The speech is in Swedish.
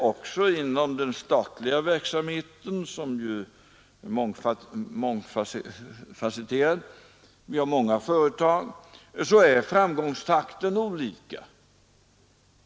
Också inom den statliga verksamheten är framgångstakten olika — företagen är många och skiljaktiga.